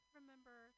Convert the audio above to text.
remember